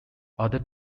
other